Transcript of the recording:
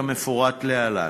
כמפורט להלן.